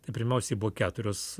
tai pirmiausiai buvo keturios